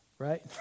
Right